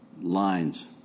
lines